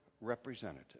representative